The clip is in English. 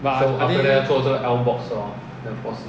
but are they